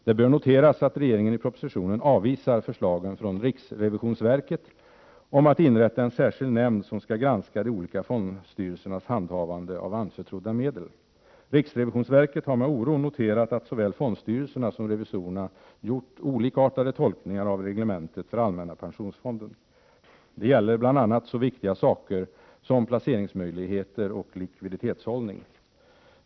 Det bör noteras att regeringen i propositionen avvisar förslagen från riksrevisionsverket om att inrätta en särskild nämnd som skall granska de olika fondstyrelsernas handhavande av anförtrodda medel. Riksrevisionsverket har med oro noterat att såväl fondstyrelserna som revisorerna gjort olikartade tolkningar av reglementet för allmänna pensionsfonden. Det gäller bl.a. så viktiga saker som placeringsmöjligheter och likviditetshållning.